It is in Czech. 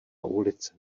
ulice